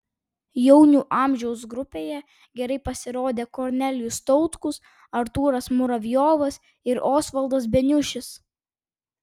jaunių amžiaus grupėje gerai pasirodė kornelijus tautkus artūras muravjovas ir osvaldas beniušis